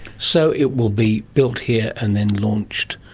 so it will be built here and then launched.